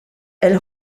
elle